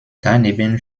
daneben